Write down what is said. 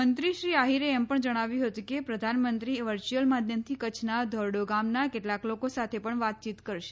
મંત્રી શ્રી આહીરે એમ પણ જણાવ્યું હતું કે પ્રધાનમંત્રી વર્ચ્યુઅલ માધ્યમથી કચ્છના ધોરડો ગામના કેટલાંક લોકો સાથે પણ વાતચીત કરશે